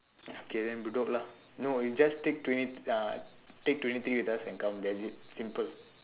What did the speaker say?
uh okay bedok lah no you just take twenty uh take twenty three just and come that's it simple